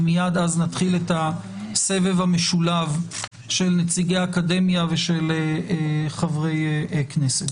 ומייד אז נתחיל את הסבב המשולב של נציגי האקדמיה ושל חברי כנסת.